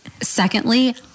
Secondly